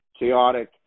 chaotic